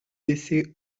décès